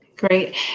Great